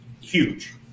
huge